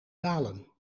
dalen